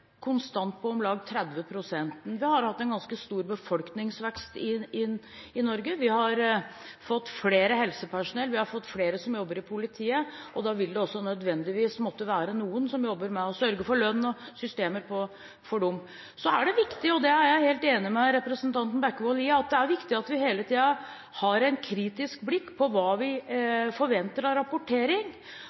Vi har fått flere helsepersonell. Vi har fått flere som jobber i politiet. Da vil det nødvendigvis også måtte være noen som jobber med å sørge for lønn og systemer for dem. Så er det viktig, og det er jeg helt enig med representanten Bekkevold i, at vi hele tiden har et kritisk blikk på hva vi forventer av rapportering,